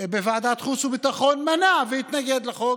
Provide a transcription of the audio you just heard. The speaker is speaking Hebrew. בוועדת החוץ והביטחון, מנע והתנגד לחוק.